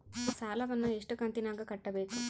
ಸಾಲವನ್ನ ಎಷ್ಟು ಕಂತಿನಾಗ ಕಟ್ಟಬೇಕು?